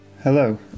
Hello